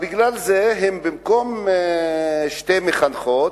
בגלל זה, במקום שיהיו שתי מחנכות,